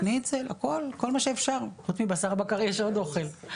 שניצל, כל מה שאפשר, חוץ מבשר בקר יש עוד אוכל.